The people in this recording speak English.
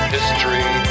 History